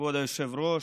כבוד היושב-ראש,